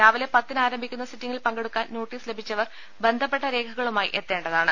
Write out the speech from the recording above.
രാവിലെ പത്തിന് ആരംഭിക്കുന്ന സിറ്റിംഗിൽ പങ്കെടുക്കാൻ നോട്ടീസ് ലഭിച്ചവർ ബന്ധപ്പെട്ട രേഖകളുമായി എത്തേണ്ടതാണ്